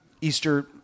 Easter